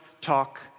talk